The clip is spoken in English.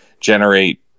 generate